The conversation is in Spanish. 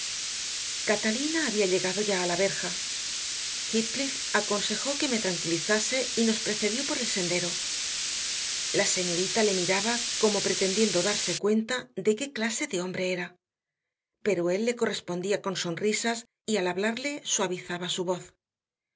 catalina había llegado ya a la verja heathcliff aconsejó que me tranquilizase y nos precedió por el sendero la señorita le miraba como pretendiendo darse cuenta de qué clase de hombre era pero él le correspondía con sonrisas y al hablarle suavizaba su voz